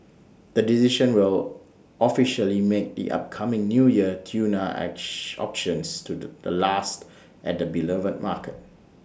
the decision will officially make the upcoming New Year tuna auctions to the the last at the beloved market